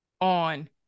on